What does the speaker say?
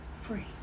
free